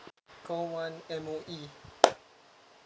call one M_O_E